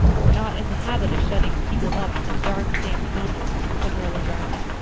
we're not in the habit of shutting people up in dark damp dungeons, said marilla drily,